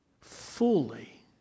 fully